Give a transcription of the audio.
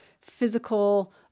physical